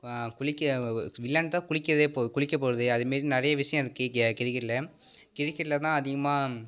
குளிக்க விளையாண்ட்டாக குளிக்கவே போக குளிக்க போகறதே அது மாரி நிறைய விஷயம் இருக்கு இங்கே கிரிக்கெட்டில கிரிக்கெட்ல தான் அதிகமாக